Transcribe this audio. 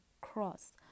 cross